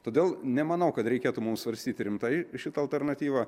todėl nemanau kad reikėtų mum svarstyti rimtai šitą alternatyvą